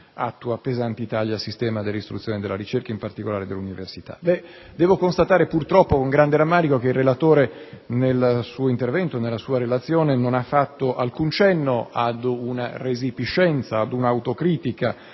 attua pesanti tagli al sistema dell'istruzione e della ricerca, in particolare dell'università. Devo constatare purtroppo, con grande rammarico, che il relatore né nel suo intervento né nella sua relazione ha fatto alcun cenno ad una resipiscenza, ad una autocritica,